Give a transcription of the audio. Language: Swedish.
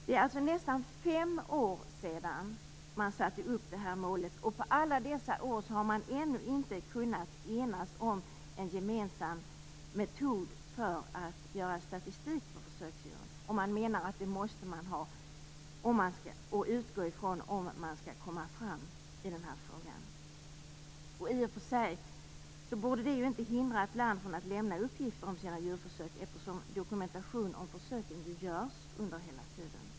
Det är alltså nästan fem år sedan som man satte upp detta mål. Under alla dessa år har man ännu inte kunnat enas om en gemensam metod för att upprätta statistik över försöksdjuren. Det måste man ha att utgå ifrån om man skall kunna komma framåt i den här frågan. I och för sig borde det inte vara något hinder för ett land att lämna uppgifter om sina djurförsök, eftersom dokumentation om försöken ju görs.